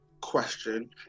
question